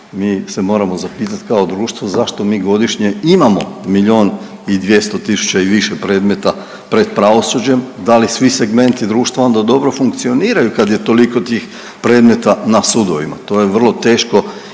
mi se moramo zapitat kao društvo zašto mi godišnje imamo milijun i 200 tisuća i više predmeta pred pravosuđem, da li svi segmenti društva onda dobro funkcioniraju kad je toliko tih predmeta na sudovima, to je vrlo teško